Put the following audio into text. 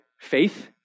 Faith